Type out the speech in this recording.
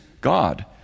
God